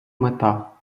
мета